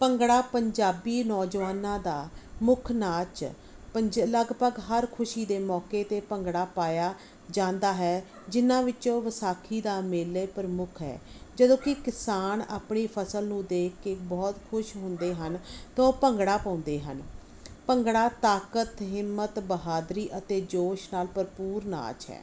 ਭੰਗੜਾ ਪੰਜਾਬੀ ਨੌਜਵਾਨਾਂ ਦਾ ਮੁੱਖ ਨਾਚ ਪੰ ਲਗਭਗ ਹਰ ਖੁਸ਼ੀ ਦੇ ਮੌਕੇ 'ਤੇ ਭੰਗੜਾ ਪਾਇਆ ਜਾਂਦਾ ਹੈ ਜਿਹਨਾਂ ਵਿੱਚੋਂ ਵਿਸਾਖੀ ਦਾ ਮੇਲਾ ਪ੍ਰਮੁੱਖ ਹੈ ਜਦੋਂ ਕਿ ਕਿਸਾਨ ਆਪਣੀ ਫਸਲ ਨੂੰ ਦੇਖ ਕੇ ਬਹੁਤ ਖੁਸ਼ ਹੁੰਦੇ ਹਨ ਤਾਂ ਉਹ ਭੰਗੜਾ ਪਾਉਂਦੇ ਹਨ ਭੰਗੜਾ ਤਾਕਤ ਹਿੰਮਤ ਬਹਾਦਰੀ ਅਤੇ ਜੋਸ਼ ਨਾਲ ਭਰਪੂਰ ਨਾਚ ਹੈ